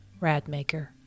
Radmaker